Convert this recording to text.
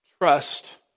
trust